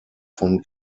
von